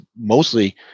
mostly